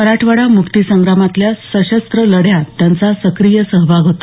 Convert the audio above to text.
मराठवाडा मुक्तीसंग्रामातल्या सशस्त्र लढ्यात त्यांचा सक्रिय सहभाग होत